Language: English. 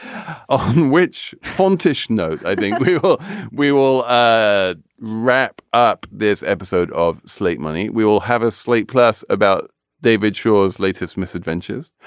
um which fund tisch. no i think we will we will ah wrap up this episode of slate money. we will have a slate plus about david shaw's latest misadventures.